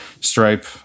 stripe